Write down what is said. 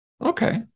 Okay